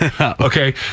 okay